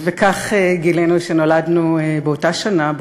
כך גילינו שנולדנו באותה שנה,